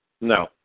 No